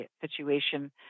situation